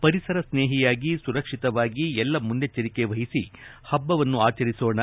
ಪರಿಸರ ಸ್ನೇಹಿಯಾಗಿ ಸುರಕ್ಷಿತವಾಗಿ ಎಲ್ಲ ಮುನ್ನೆಚ್ಚರಿಕೆ ವಹಿಸಿ ಹಬ್ಬವನ್ನು ಆಚರಿಸೋಣ